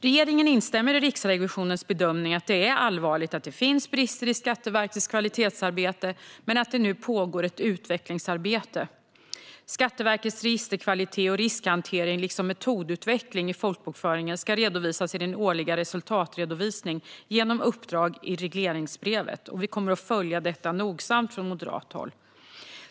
Regeringen instämmer i Riksrevisionens bedömning att det är allvarligt att det finns brister i Skatteverkets kvalitetsarbete men menar att det nu pågår ett utvecklingsarbete. Skatteverkets registerkvalitet och riskhantering liksom metodutveckling i folkbokföringen ska redovisas i den årliga resultatredovisningen genom uppdrag i regleringsbrevet. Vi kommer att följa detta nogsamt från moderat håll.